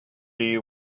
you